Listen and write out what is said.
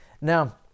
Now